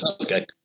okay